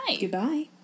Goodbye